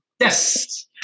Yes